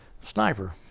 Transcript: Sniper